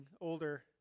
older